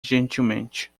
gentilmente